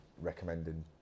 recommending